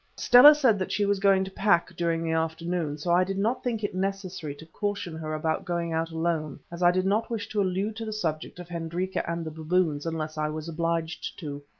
stella said that she was going to pack during the afternoon, so i did not think it necessary to caution her about going out alone, as i did not wish to allude to the subject of hendrika and the baboons unless i was obliged to.